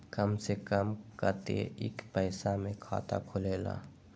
कम से कम कतेइक पैसा में खाता खुलेला?